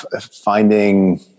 finding